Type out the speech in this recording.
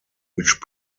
which